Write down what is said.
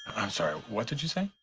i'm sorry. what did you say?